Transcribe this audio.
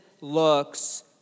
looks